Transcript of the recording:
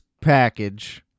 package